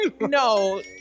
No